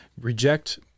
reject